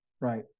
Right